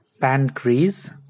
pancreas